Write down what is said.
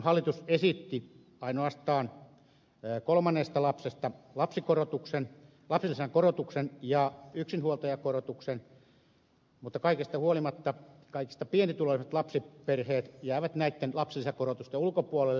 hallitus esitti ainoastaan kolmannesta lapsesta lapsilisän korotuksen ja yksinhuoltajakorotuksen mutta kaikesta huolimatta kaikista pienituloisimmat lapsiperheet jäävät näiden lapsilisäkorotusten ulkopuolelle